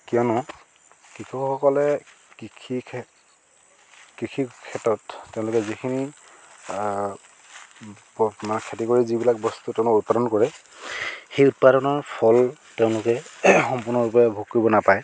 কিয়নো কৃষকসকলে কৃষিৰ ক্ষে কৃষিৰ ক্ষেত্ৰত তেওঁলোকে যিখিনি মানে খেতি কৰি যিবিলাক বস্তু তেওঁলোকে উৎপাদন কৰে সেই উৎপাদনৰ ফল তেওঁলোকে সম্পূৰ্ণৰূপে ভোগ কৰিব নাপায়